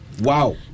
Wow